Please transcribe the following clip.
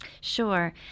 Sure